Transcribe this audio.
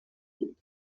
بود